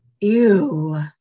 Ew